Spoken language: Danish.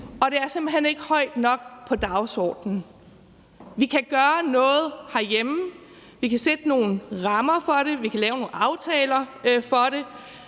og det er simpelt hen ikke højt nok på dagsordenen. Vi kan gøre noget herhjemme, vi kan sætte nogle rammer for det, vi kan lave nogle aftaler for det,